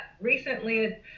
recently